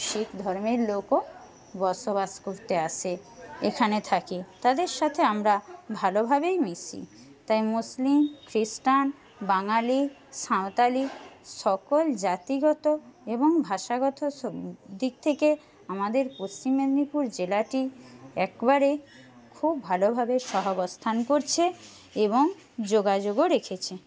শিখ ধর্মের লোকও বসবাস করতে আসে এখানে থাকে তাদের সাথে আমরা ভালোভাবেই মিশি তাই মুসলিম খ্রিস্টান বাঙালি সাঁওতালি সকল জাতিগত এবং ভাষাগত দিক থেকে আমাদের পশ্চিম মেদিনীপুর জেলাটি একবারে খুব ভালোভাবে সহাবস্থান করছে এবং যোগাযোগও রেখেছে